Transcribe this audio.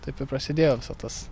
taip ir prasidėjo visa tas